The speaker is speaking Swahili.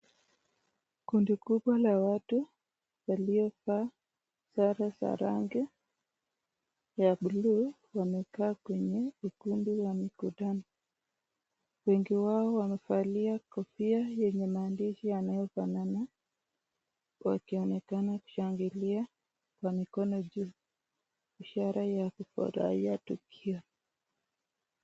Kundi kubwa la watu waliovaa sare za rangi ya buluu wamekaa kwenye vikundi ya mkutano, wengi wao wamevalia kofia yenye maandishi yanayo fanana, wakionekana kushangilia kwa mikono juu, ishara ya kufurahia tukio.